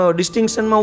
distinction